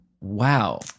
Wow